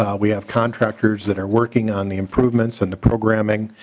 um we have contractors that are working on the improvements in the programming